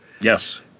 Yes